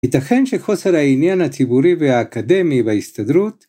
ייתכן שחוסר העניין הציבורי והאקדמי בהסתדרות?